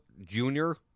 Junior